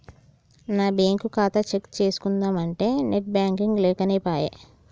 నా బ్యేంకు ఖాతా చెక్ చేస్కుందామంటే నెట్ బాంకింగ్ లేకనేపాయె